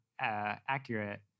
accurate